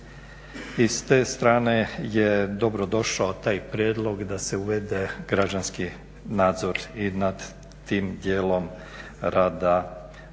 I s te strane je dobrodošao taj prijedlog da se uvede građanski nadzor i nad tim dijelom rada